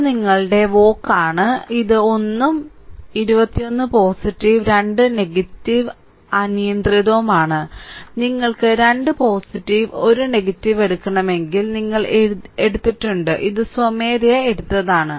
ഇത് നിങ്ങളുടെ വോക്ക് ആണ് ഇത് 1 ഉം 2 1 പോസിറ്റീവ് 2 നെഗറ്റീവ് അനിയന്ത്രിതവുമാണ് നിങ്ങൾക്ക് 2 പോസിറ്റീവ് 1 നെഗറ്റീവ് എടുക്കണമെങ്കിൽ നിങ്ങൾ എടുത്തിട്ടുണ്ട് ഇത് സ്വമേധയാ എടുത്തതാണ്